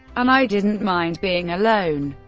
and i didn't mind being alone.